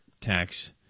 tax